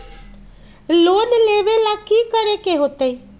Loan लेवेला की करेके होतई?